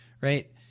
right